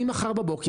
ממחר בבוקר,